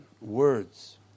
Words